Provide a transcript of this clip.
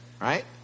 Right